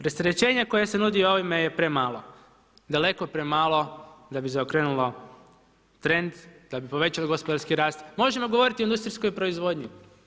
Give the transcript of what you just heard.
Rasterećenja koja se nudi ovime je premalo, daleko premalo, da bi zaokrenulo trend, da bi povećali gospodarski rast, možemo govoriti o industrijskoj proizvodnji.